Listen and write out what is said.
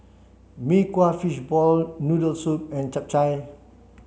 Mee Kuah Fishball Noodle Soup and Chap Chai